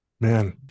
Man